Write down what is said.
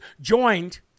joined